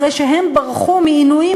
אחרי שהם ברחו מעינויים